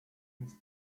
his